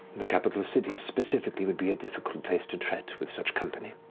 the capital city specifically would be a difficult place to tread with such company.